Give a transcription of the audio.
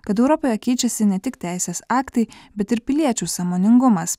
kad europoje keičiasi ne tik teisės aktai bet ir piliečių sąmoningumas